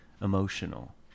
emotional